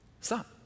Stop